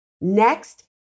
Next